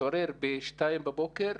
מתעורר בשתיים בבוקר,